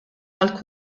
tal